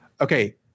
Okay